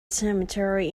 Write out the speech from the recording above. cemetery